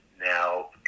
Now